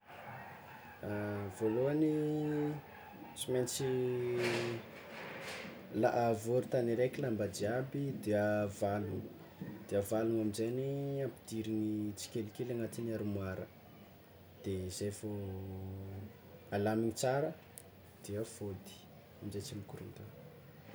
Voalohany, tsy maintsy la- avory tany araiky lamba jiaby de avalogno, de avalogno aminjaigny ampidirigny tsikelikely agnatin'ny armoara de zay fô alaminy tsara de afôdy amizay izy tsy mikorontana.